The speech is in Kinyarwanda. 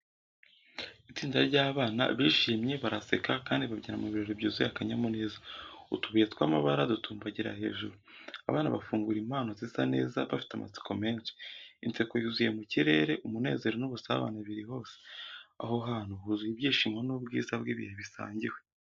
Itsinda ry’abana bishimye baraseka, kandi babyina mu birori byuzuye akanyamuneza. Utubuye tw’amabara dutumbagira hejuru, abana bafungura impano zisa neza bafite amatsiko menshi. Inseko yuzuye mu kirere, umunezero n’ubusabane biri hose. Aho hantu huzuye ibyishimo n’ubwiza bw’ibihe bisangiwe.